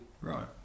Right